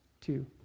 two